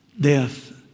death